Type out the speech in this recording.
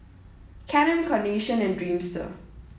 Canon Carnation and Dreamster